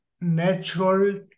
natural